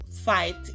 fight